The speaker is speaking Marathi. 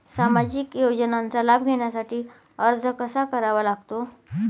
सामाजिक योजनांचा लाभ घेण्यासाठी अर्ज कसा करावा लागतो?